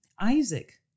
Isaac